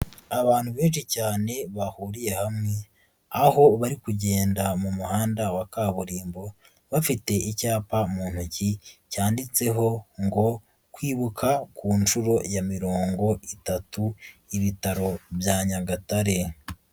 Abantu benshi cyane bahuriye hamwe, aho bari kugenda mu muhanda wa kaburimbo, bafite icyapa mu ntoki, cyanditseho ngo "kwibuka ku nshuro ya mirongo itatu, ibitaro bya Nyagatare".